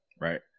right